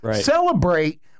celebrate